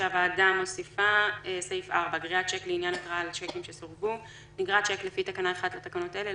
להצטרף לחשבון גריעת שיק לעניין 4.נגרע שיק לפי תקנה 1 לתקנות אלה,